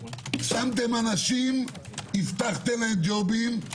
שמתם אנשים, הבטחתם להם ג'ובים.